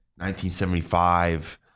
1975